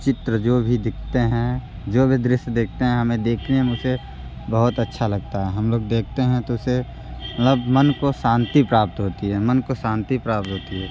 चित्र जो भी दिखते हैं जो भी दृश्य देखते हैं हमें देखने में उसे बहुत अच्छा लगता है हम लोग देखते हैं तो उसे मतलब मन को शांति प्राप्त होती है मन को शांति प्राप्त होती है